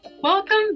Welcome